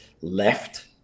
left